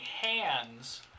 hands